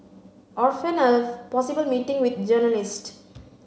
or feign a possible meeting with journalists